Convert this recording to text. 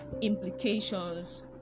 Implications